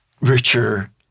richer